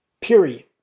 Period